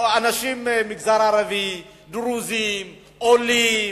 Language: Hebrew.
אנשים מהמגזר הערבי, הדרוזי, עולים,